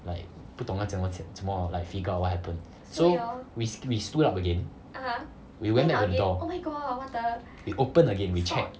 like 不懂要这么讲这么 like figure out what happened so we we split up again we went out the door we open again we check